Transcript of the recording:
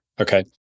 Okay